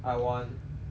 to be history